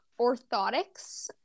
orthotics